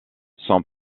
son